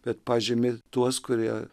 bet pažymi tuos kurie